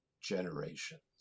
generations